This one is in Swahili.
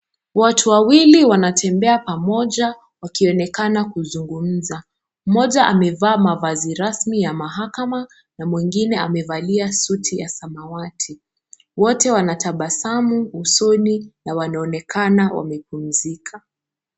Watu wawili wana tembea pamoja waki onekana waki zungumza mmoja ame valia mavazi rasmi yama hakama na mwengine ame valia suti ya samawati wote wana tabasamu usoni na wanaonekana wame pumzika.